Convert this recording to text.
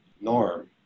norm